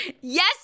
yes